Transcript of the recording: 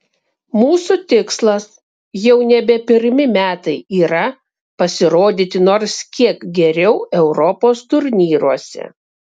mūsų tikslas jau nebe pirmi metai yra pasirodyti nors kiek geriau europos turnyruose